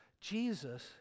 Jesus